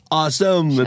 awesome